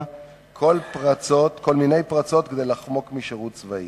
כל מיני פרצות כדי לחמוק משירות צבאי.